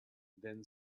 then